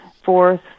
fourth